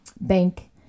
bank